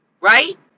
right